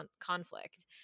conflict